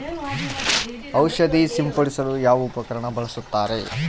ಔಷಧಿ ಸಿಂಪಡಿಸಲು ಯಾವ ಉಪಕರಣ ಬಳಸುತ್ತಾರೆ?